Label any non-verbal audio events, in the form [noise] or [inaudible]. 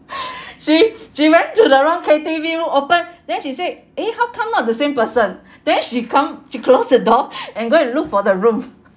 [breath] she she went to the wrong K_T_V room open then she said eh how come not the same person then she come to close the door and go and look for the room